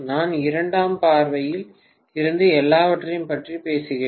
நான் இரண்டாம் பக்க பார்வையில் இருந்து எல்லாவற்றையும் பற்றி பேசுகிறேன்